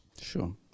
Sure